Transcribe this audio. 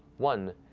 one,